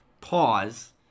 Pause